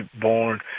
born